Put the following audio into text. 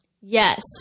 Yes